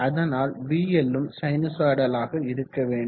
அதனால் vL ம் சைனு சொய்டலாக இருக்க வேண்டும்